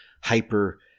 hyper